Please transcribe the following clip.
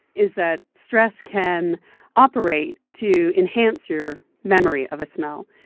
is that stress can operate to enhance your memory of a smell.